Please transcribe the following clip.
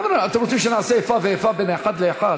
חבר'ה, אתם רוצים שנעשה איפה ואיפה בין אחד לאחד?